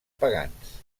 pagans